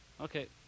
Okay